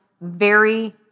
very-